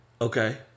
Okay